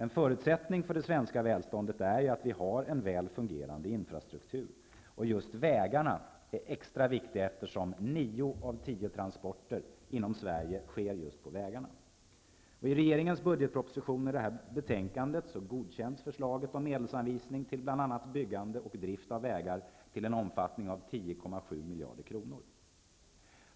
En förutsättning för det svenska välståndet är att vi har en väl fungerande infrastruktur. Just vägarna är extra viktiga, eftersom nio av tio transporter inom Sverige sker just på vägarna. I regeringens budgetproposition och i detta betänkande godkänns förslaget om medelsanvisning till bl.a. byggande och drift av vägar till en omfattning av 10,7 miljarder kronor.